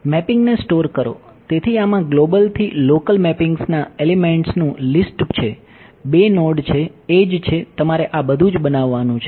મેપિંગને store કરો તેથી આમાં ગ્લોબલ છે તમારે આ બધુજ બનાવવાનું છે